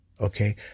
Okay